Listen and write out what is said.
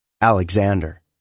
Alexander